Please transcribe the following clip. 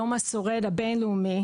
יום השורד הבינלאומי,